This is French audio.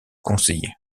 conseillers